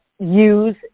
use